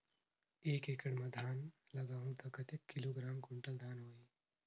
एक एकड़ मां धान लगाहु ता कतेक किलोग्राम कुंटल धान होही?